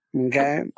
okay